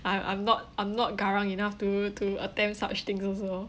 I I'm not I'm not garang enough to to attempt such thing also